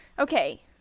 Okay